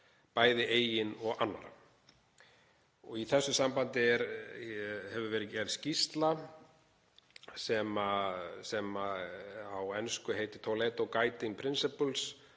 bæði eigin og annarra. Í þessu sambandi hefur verið gerð skýrsla sem á ensku heitir Toledo Guiding Principles